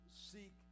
seek